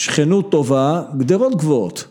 שכנות טובה, גדרות גבוהות